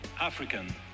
African